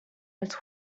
als